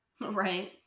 Right